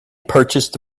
purchased